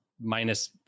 minus